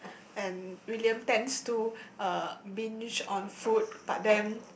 and William tends to uh binge on food but then